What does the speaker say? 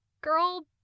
girl